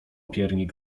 piernik